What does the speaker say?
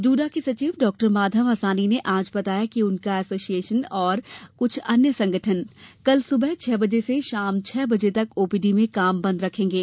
JUDA के सचिव Dr Madhav Hasani ने आज बताया कि उनका एसोसिएशन और कुछ अन्य संगठन शनिवार को सुबह छह बजे से शाम छह बजे तक ओपीडी में काम बंद रखेंगे